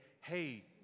hey